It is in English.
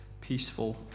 peaceful